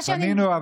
פנינו,